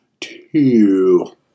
two